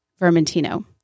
Vermentino